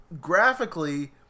graphically